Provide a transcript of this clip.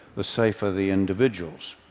the safer the individuals.